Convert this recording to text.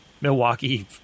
Milwaukee